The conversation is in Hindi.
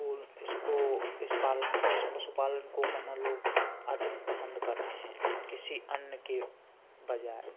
स्कूल इसको इस पालन इस पशुपालन को करना लोग अधिक पसंद करते हैं किसी अन्य के बजाय